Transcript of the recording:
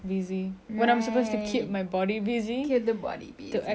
to exercise tapi nawaitu saya is to exercise